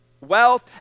wealth